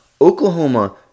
Oklahoma